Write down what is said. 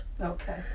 Okay